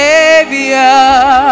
Savior